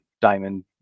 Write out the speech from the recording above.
diamond